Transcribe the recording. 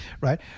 right